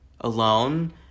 alone